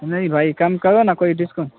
نہیں بھائی کم کرو نا کوئی ڈسکو